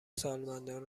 سالمندان